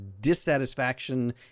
dissatisfaction